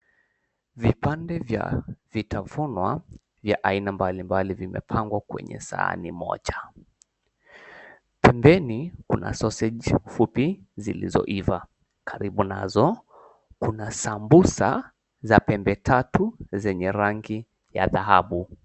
Vipande vya vitafunwa vya aina mbalimbali vimepangwa kwenye sahani moja. Pembeni kuna sausage fupi zilizoiva, karibu nazo kuna sambusa za pembe tatu zenye rangi ya dhahabu.